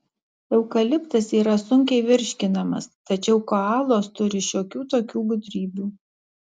eukaliptas yra sunkiai virškinamas tačiau koalos turi šiokių tokių gudrybių